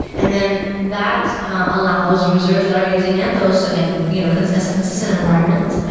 and then that allows users that are using anthos, again, you know kind of as a consistent environment, ah